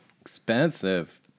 Expensive